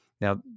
Now